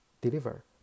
deliver